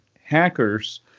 hackers